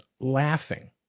laughing